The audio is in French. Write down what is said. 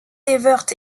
evert